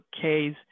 K's